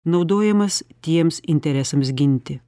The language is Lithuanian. naudojamas tiems interesams ginti